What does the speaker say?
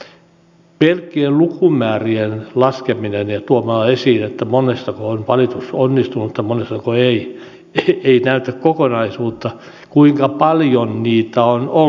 pelkkien lukumäärien laskeminen ja sen esiin tuominen monessako on valitus onnistunut ja monessako ei ei näytä kokonaisuutta kuinka paljon niitä on ollut